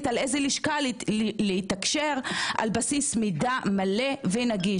על איזו לשכה לתקשר על בסיס מידע מלא ונגיש,